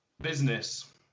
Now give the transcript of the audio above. business